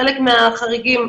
חלק מהחריגים,